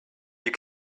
you